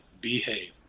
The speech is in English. Behave